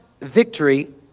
victory